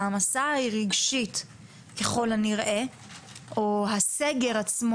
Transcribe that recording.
ככל הנראה,